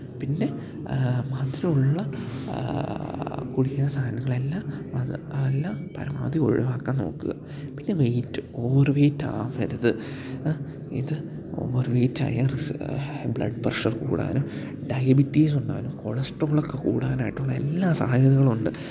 പിന്നെ മധുരം ഉള്ള കുടിക്കുന്ന സാധനങ്ങളെല്ലാം അത് എല്ലാം പരമാവധി ഒഴിവാക്കാൻ നോക്കുക പിന്നെ വെയിറ്റ് ഓവർ വെയിറ്റ് ആവരുത് ഇത് ഓവർ വെയറ്റായാൽ റിസ്ക് ബ്ലഡ് പര്ഷർ കൂടാനും ഡയബിറ്റീസ് ഉണ്ടാവാനും കൊളസ്ട്രോളൊക്കെ കൂടാനായിട്ടുള്ള എല്ലാ സാധ്യതകളും ഉണ്ട്